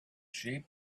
sheep